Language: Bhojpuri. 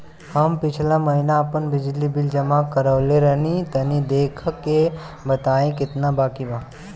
हम पिछला महीना आपन बिजली बिल जमा करवले रनि तनि देखऽ के बताईं केतना बाकि बा?